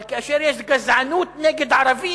אבל כאשר יש גזענות נגד ערבים,